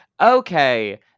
Okay